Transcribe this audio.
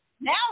now